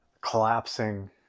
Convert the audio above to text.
collapsing